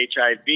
HIV